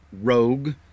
rogue